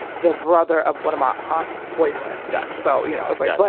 the brother of one of my aunt's boyfriends gotcha so, you know, it's like but,